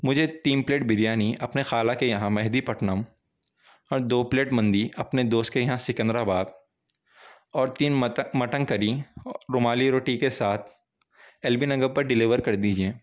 مجھے تین پلیٹ بریانی اپنے خالہ کے یہاں منہدی پٹنم اور دو پلیٹ مندی اپنے دوست کے یہاں سکندر آباد اور تین مٹن مٹن کڑی رومالی روٹی کے ساتھ ایل بی نگر پر ڈیلیور کر دیجئے